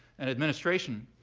and administration